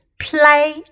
play